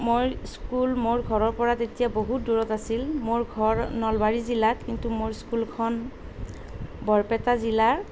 মোৰ স্কুল মোৰ ঘৰৰ পৰা তেতিয়া বহুত দূৰত আছিল মোৰ ঘৰ নলবাৰী জিলাত কিন্তু মোৰ স্কুলখন বৰপেটা জিলাৰ